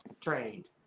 trained